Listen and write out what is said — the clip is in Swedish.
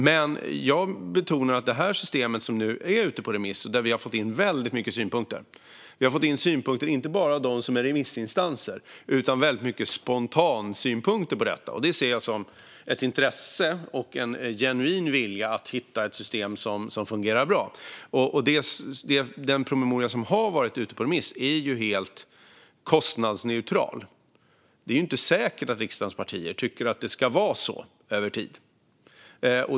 Men jag betonar att förslaget till system nu varit ute på remiss, och vi har fått in väldigt många synpunkter. Vi har fått in synpunkter inte bara från dem som är remissinstanser, utan det har även kommit väldigt många spontansynpunkter. Det ser jag som att det finns ett intresse och en genuin vilja att hitta ett system som fungerar bra. Den promemoria som har varit ute på remiss är helt kostnadsneutral. Det är inte säkert att riksdagens partier tycker att det ska vara så över tid.